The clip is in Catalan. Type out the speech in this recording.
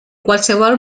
qualsevol